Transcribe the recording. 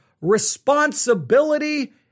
responsibility